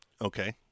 okay